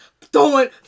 Throwing